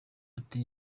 ati